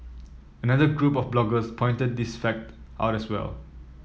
another group of bloggers pointed this fact out as well